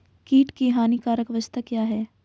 कीट की हानिकारक अवस्था क्या है?